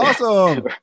Awesome